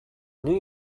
new